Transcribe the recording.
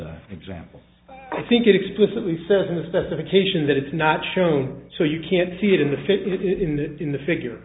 this example i think it explicitly says in the specification that it's not shown so you can see it in the fit in that in the figure